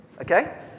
Okay